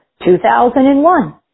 2001